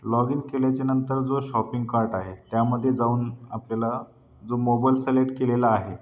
log in केल्याच्यानंतर जो shopping cart आहे त्यामध्ये जाऊन आपल्याला जो मोबाईल सलेक्ट केलेला आहे